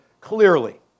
clearly